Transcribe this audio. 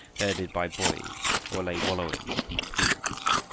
herded by boys, or lay wallowing in deep pools.